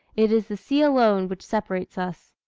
it is the sea alone which separates us.